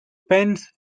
pence